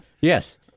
Yes